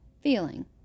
feeling